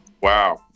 Wow